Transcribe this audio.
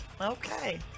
Okay